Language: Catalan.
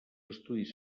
estudis